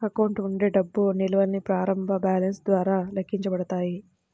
account ఉండే డబ్బు నిల్వల్ని ప్రారంభ బ్యాలెన్స్ ద్వారా లెక్కించబడతాయి